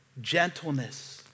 Gentleness